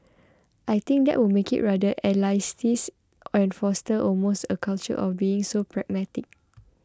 I think that would make it rather elitist and foster almost a culture of being so pragmatic